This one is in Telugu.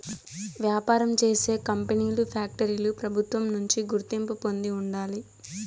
వ్యాపారం చేసే కంపెనీలు ఫ్యాక్టరీలు ప్రభుత్వం నుంచి గుర్తింపు పొంది ఉండాలి